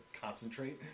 concentrate